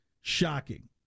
shocking